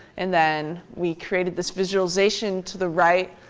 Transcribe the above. and then we created this visualization to the right,